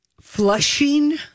Flushing